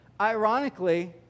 ironically